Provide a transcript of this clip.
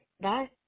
bye